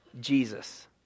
Jesus